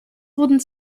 wurden